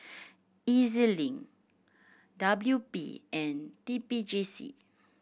E Z Link W P and T P J C